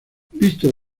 visto